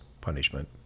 punishment